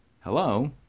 Hello